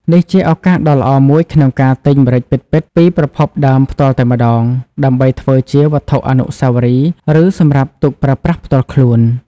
នេះជាឱកាសដ៏ល្អមួយក្នុងការទិញម្រេចពិតៗពីប្រភពដើមផ្ទាល់តែម្ដង ដើម្បីធ្វើជាវត្ថុអនុស្សាវរីយ៍ ឬសម្រាប់ទុកប្រើប្រាស់ផ្ទាល់ខ្លួន ។